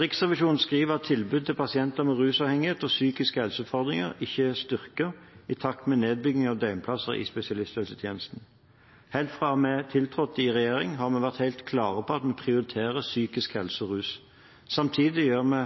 Riksrevisjonen skriver at tilbudet til pasienter med rusavhengighet og psykiske helseutfordringer ikke er styrket i takt med nedbyggingen av døgnplasser i spesialisthelsetjenesten. Helt fra vi tiltrådte i regjering har vi vært helt klare på at vi prioriterer psykisk helse og rus. Samtidig gjør vi